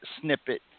snippet